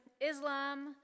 Islam